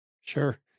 Sure